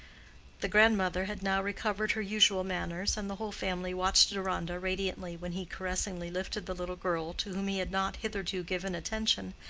the grandmother had now recovered her usual manners, and the whole family watched deronda radiantly when he caressingly lifted the little girl, to whom he had not hitherto given attention,